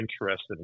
interested